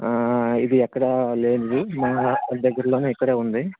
ఇది ఎక్కడా లేనిది మన దగ్గరలోనే ఇక్కడే ఉంది